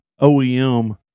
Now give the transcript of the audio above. OEM